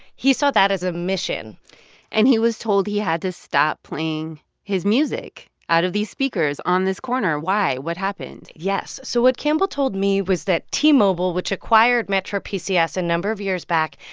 he saw that as a mission and he was told he had to stop playing his music out of these speakers on this corner. why? what happened? yes. so what campbell told me was that t-mobile, which acquired metro pcs a number of years back,